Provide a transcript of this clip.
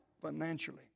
financially